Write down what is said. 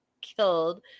killed